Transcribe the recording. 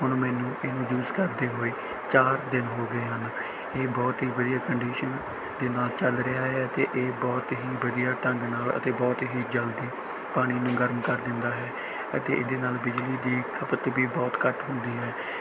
ਹੁਣ ਮੈਨੂੰ ਇਹਨੂੰ ਯੂਜ਼ ਕਰਦੇ ਹੋਏ ਚਾਰ ਦਿਨ ਹੋ ਗਏ ਹਨ ਇਹ ਬਹੁਤ ਹੀ ਵਧੀਆ ਕੰਡੀਸ਼ਨ ਦੇ ਨਾਲ ਚੱਲ ਰਿਹਾ ਹੈ ਅਤੇ ਇਹ ਬਹੁਤ ਹੀ ਵਧੀਆ ਢੰਗ ਨਾਲ ਅਤੇ ਬਹੁਤ ਹੀ ਜਲਦੀ ਪਾਣੀ ਨੂੰ ਗਰਮ ਕਰ ਦਿੰਦਾ ਹੈ ਅਤੇ ਇਹਦੇ ਨਾਲ ਬਿਜਲੀ ਦੀ ਖਪਤ ਵੀ ਬਹੁਤ ਘੱਟ ਹੁੰਦੀ ਹੈ